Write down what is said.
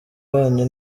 yanyu